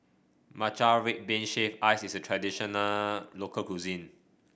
Matcha Red Bean Shaved Ice is a traditional local cuisine